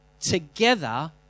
together